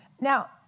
Now